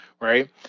right